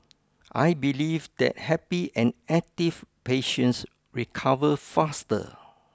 I believe that happy and active patients recover faster